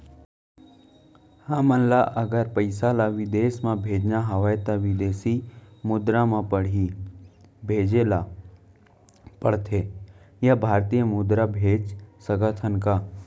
हमन ला अगर पइसा ला विदेश म भेजना हवय त विदेशी मुद्रा म पड़ही भेजे ला पड़थे या भारतीय मुद्रा भेज सकथन का?